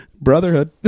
Brotherhood